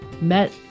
met